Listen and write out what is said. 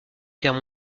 guerre